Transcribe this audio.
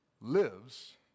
lives